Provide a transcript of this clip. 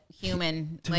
human